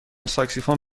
ساکسیفون